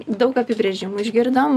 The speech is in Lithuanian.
daug apibrėžimų išgirdom